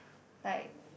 like